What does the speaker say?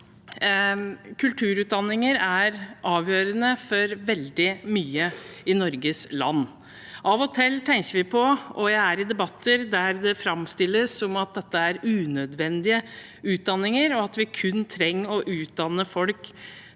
Kulturutdanninger er avgjørende for veldig mye i Norges land. Av og til tenker vi – jeg er i debatter der det framstilles slik – at dette er unødvendige utdanninger, og at vi kun trenger å utdanne folk